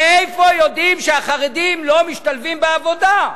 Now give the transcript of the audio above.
איך יודעים שהחרדים לא משתלבים בעבודה?